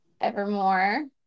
Evermore